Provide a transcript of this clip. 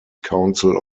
council